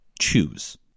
choose